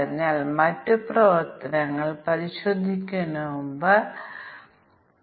അതിനാൽ n സ്വതന്ത്ര ഇൻപുട്ടുകൾക്കായി ഞങ്ങൾക്ക് 4n1 ടെസ്റ്റ് കേസുകൾ ആവശ്യമാണ്